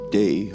day